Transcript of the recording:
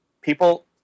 people